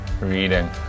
reading